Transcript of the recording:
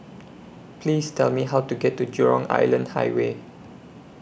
Please Tell Me How to get to Jurong Island Highway